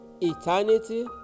eternity